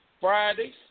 Fridays